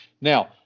Now